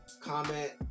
comment